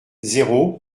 zéro